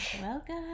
Welcome